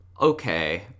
okay